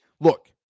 Look